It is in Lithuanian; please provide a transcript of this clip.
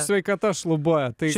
sveikata šlubuoja tai